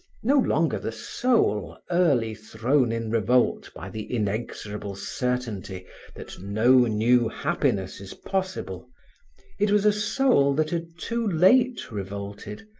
no longer the soul early thrown in revolt by the inexorable certainty that no new happiness is possible it was a soul that had too late revolted,